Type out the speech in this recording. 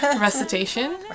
recitation